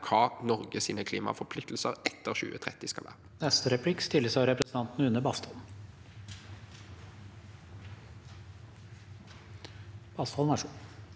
hva Norges klimaforpliktelser etter 2030 skal være.